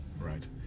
right